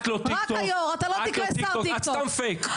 את סתם ׳Fake׳.